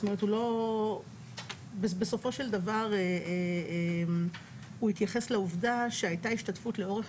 זאת אומרת בסופו של דבר הוא התייחס לעובדה שהייתה השתתפות לאורך